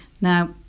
Now